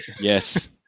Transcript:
yes